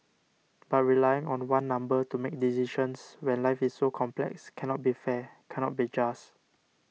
but relying on one number to make decisions when life is so complex cannot be fair cannot be just